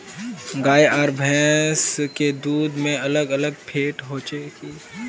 गाय आर भैंस के दूध में अलग अलग फेट होचे की?